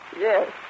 Yes